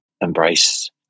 embrace